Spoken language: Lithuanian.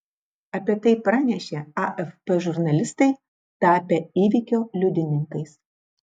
apie tai pranešė afp žurnalistai tapę įvykio liudininkais